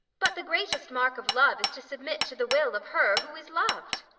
but the greatest mark of love is to submit to the will of her who is loved.